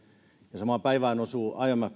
ja samaan päivään osuu